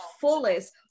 fullest